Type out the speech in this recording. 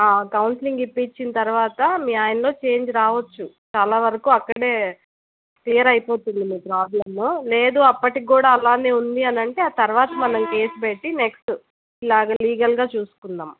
counselling ఇచ్చిన తర్వాత మీ ఆయనలో చేంజ్ రావచ్చు చాలావరకు అక్కడ క్లియర్ అయిపోతుంది మీ ప్రాబ్లెం లేదు అప్పటికి కూడా అలాగే ఉంది అని అంటే ఆ తరువాత మనం కేస్ పెట్టి నెక్స్ట్ లాగల్ లీగల్గా చూసుకుందాం